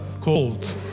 called